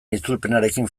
itzulpenarekin